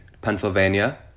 Pennsylvania